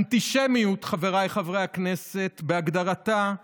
אנטישמיות, חבריי חברי הכנסת, בהגדרתה,